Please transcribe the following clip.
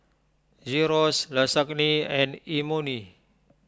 Gyros Lasagne and Imoni